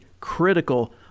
critical